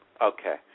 Okay